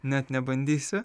net nebandysiu